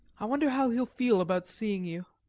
i wonder how he'll feel about seeing you.